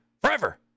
forever